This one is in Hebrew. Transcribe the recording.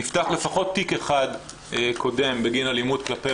נפתח לפחות תיק אחד קודם בגין אלימות כלפי